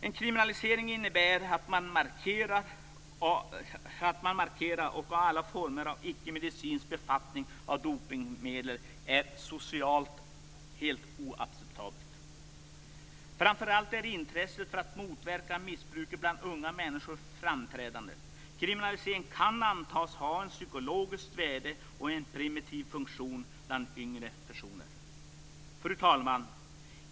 En kriminalisering innebär att man markerar att alla former av icke-medicinsk befattning med dopningsmedel är socialt helt oacceptabelt. Framför allt är intresset för att motverka missbruk bland unga människor framträdande. Kriminaliseringen kan antas ha ett psykologiskt värde och en preventiv funktion bland yngre personer. Fru talman!